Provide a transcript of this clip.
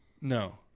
No